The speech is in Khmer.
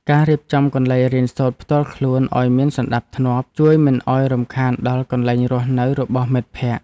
ការរៀបចំកន្លែងរៀនសូត្រផ្ទាល់ខ្លួនឱ្យមានសណ្តាប់ធ្នាប់ជួយមិនឱ្យរំខានដល់កន្លែងរស់នៅរបស់មិត្តភក្តិ។